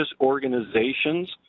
organizations